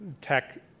tech